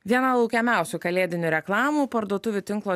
viena laukiamiausių kalėdinių reklamų parduotuvių tinklo